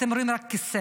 אתם רואים רק כיסא,